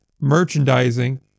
merchandising